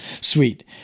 Sweet